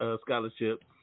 scholarship